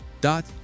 dot